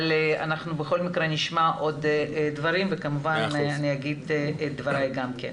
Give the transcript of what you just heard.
אבל אנחנו בכל מקרה נשמע עוד דברים וכמובן אני אגיד את דבריי גם כן.